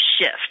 shift